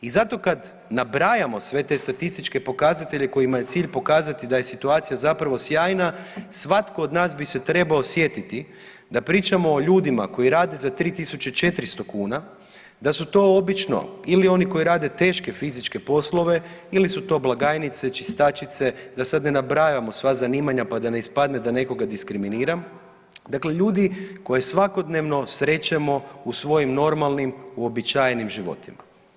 I zato kad nabrajamo sve te statističke pokazatelje kojima je cilj pokazati da je situacija zapravo sjajna, svatko od nas bi se trebao sjetiti da pričamo o ljudima koji rade za 3400 kuna, da su to obično ili oni koji rade teške fizičke poslove ili su to blagajnice, čistačice, da sad ne nabrajamo sva zanimanja pa da ispadne da nekoga diskriminiram, dakle ljudi koje svakodnevno srećemo u svojim normalnim, uobičajenim životima.